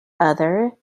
other